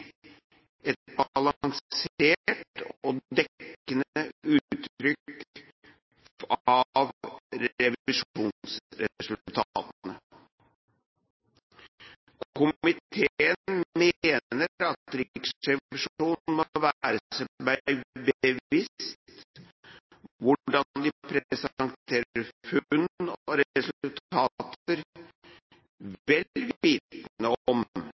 et balansert og dekkende inntrykk av revisjonsresultatene. Komiteen mener at Riksrevisjonen må være seg bevisst hvordan de presenterer